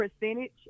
percentage